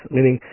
Meaning